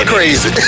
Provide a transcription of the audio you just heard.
Crazy